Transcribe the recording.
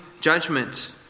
judgment